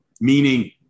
meaning